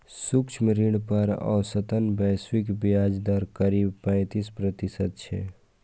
सूक्ष्म ऋण पर औसतन वैश्विक ब्याज दर करीब पैंतीस प्रतिशत छै